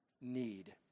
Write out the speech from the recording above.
need